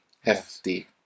hefty